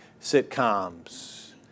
sitcoms